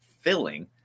filling